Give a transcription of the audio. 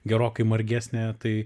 gerokai margesnė tai